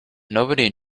nobody